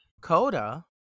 Coda